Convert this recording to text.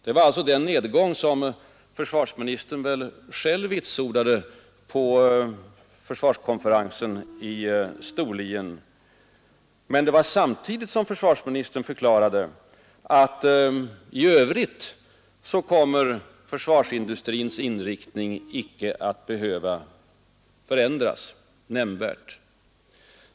Det var alltså den nedgång som försvarsministern själv vitsordade på försvarskonferensen i Storlien, samtidigt som försvarsministern förklarade att i övrigt kommer försvarsindustrins inriktning ”icke att behöva förändras nämnvärt”.